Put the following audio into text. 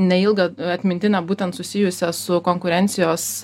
neilgą atmintinę būtent susijusią su konkurencijos